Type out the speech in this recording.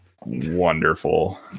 wonderful